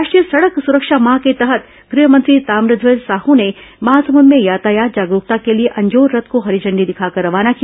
राष्ट्रीय सड़क सुरक्षा माह के तहत गृहमंत्री ताम्रध्वज साहू ने महासमूद में यातायात जागरूकता के लिए अंजोर रथ को हरी झंडी दिखाकर रवाना किया